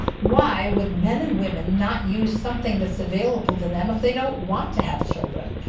why would men and women not use something that is available to them if they don't want to have children?